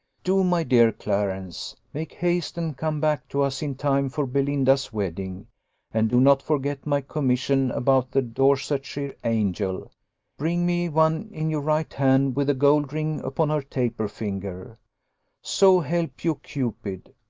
do, my dear clarence! make haste and come back to us in time for belinda's wedding and do not forget my commission about the dorsetshire angel bring me one in your right hand with a gold ring upon her taper finger so help you, cupid!